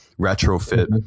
retrofit